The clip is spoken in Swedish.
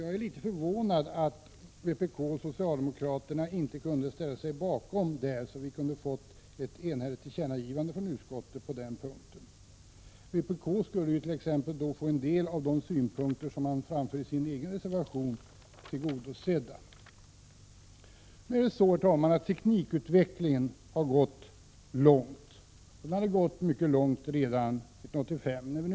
Jag är litet förvånad över att vpk och socialdemokraterna inte har kunnat ställa sig bakom den, så att vi på den punkten kunnat få ett enhälligt tillkännagivande från utskottet. Vpk skulle därigenom få en del av de krav man framför i sin egen reservation tillgodosedda. Teknikutvecklingen har gått snabbt. Den utvecklingen hade kommit mycket långt redan 1985.